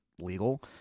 legal